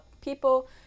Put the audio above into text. people